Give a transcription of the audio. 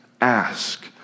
Ask